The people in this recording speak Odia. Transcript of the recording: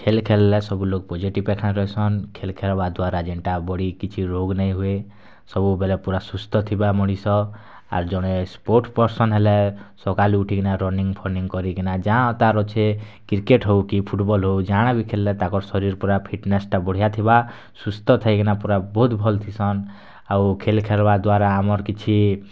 ଖେଲ୍ ଖେଲ୍ଲେ ସବୁ ଲୋକ୍ ପଜେଟିଭ୍ ଏଖା ରହେସନ୍ ଖେଲ୍ ଖେଲ୍ବା ଦ୍ୱାରା ଯେନ୍ଟା ବଡି କିଛି ରୋଗ୍ ନାଇଁ ହୁଏ ସବୁବେଲେ ପୁରା ସୁସ୍ଥ ଥିବା ମଣିଷ ଆର୍ ଜଣେ ସ୍ପୋର୍ଟ୍ ପର୍ସନ୍ ହେଲେ ସକାଳୁ ଉଠିକିନା ରନିଙ୍ଗ୍ ଫନିଙ୍ଗ୍ କରିକିନା ଯାହା ତାର୍ ଅଛେ କ୍ରିକେଟ୍ ହୋଉ କି ଫୁଟ୍ବଲ୍ ହୋଉ ଜାଣା ବି ଖେଲ୍ଲେ ତାକର୍ ଶରୀର୍ ପୁରା ଫିଟ୍ନେସ୍ଟା ପୁରା ବଢ଼ିଆ ଥିବା ସୁସ୍ଥ ଥାଇକିନା ପୁରା ବହୁତ୍ ଭଲ୍ ଥିସନ୍ ଆଉ ଖେଲ୍ ଖେଲ୍ବା ଦ୍ୱାରା ଆମର୍ କିଛି